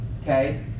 Okay